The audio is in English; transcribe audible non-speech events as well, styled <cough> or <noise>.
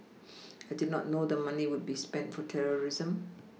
<noise> I did not know the money would be spent for terrorism